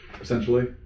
essentially